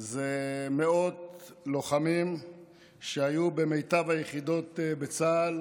זה מאות לוחמים שהיו במיטב היחידות בצה"ל,